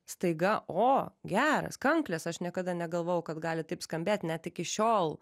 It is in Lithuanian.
staiga o geras kanklės aš niekada negalvojau kad gali taip skambėt net iki šiol